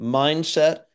mindset